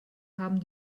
haben